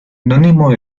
anónimo